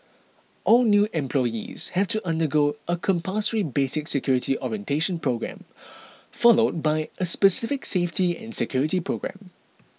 all new employees have to undergo a compulsory basic security orientation programme followed by a specific safety and security programme